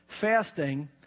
Fasting